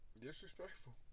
Disrespectful